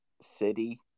city